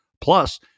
plus